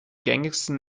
gängigsten